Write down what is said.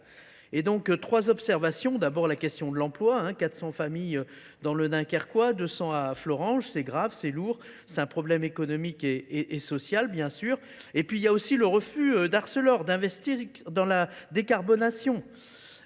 Et donc trois observations, d'abord la question de l'emploi, 400 familles dans le Dunkerque, 200 à Florence, c'est grave, c'est lourd, c'est un problème économique et social bien sûr. Et puis il y a aussi le refus d'Arcelor d'investir dans la décarbonation.